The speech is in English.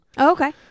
Okay